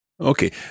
Okay